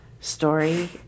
story